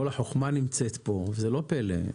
כל החוכמה נמצאת פה וזה לא פלא,